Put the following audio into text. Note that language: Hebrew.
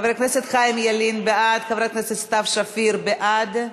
גברתי היושבת-ראש, גם אני בעד.